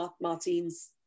Martin's